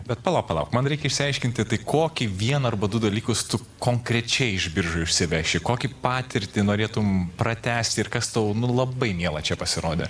bet palauk palauk man reikia išsiaiškinti tai kokį vieną arba du dalykus tu konkrečiai iš biržų išsiveši kokį patirtį norėtum pratęsti ir kas tau nu labai miela čia pasirodė